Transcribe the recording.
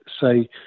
say